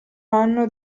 anno